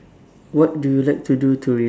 what do you like to do to re~